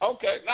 Okay